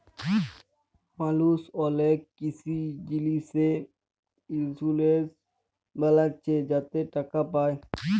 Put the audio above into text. মালুস অলেক কিসি জিলিসে ইলসুরেলস বালাচ্ছে যাতে টাকা পায়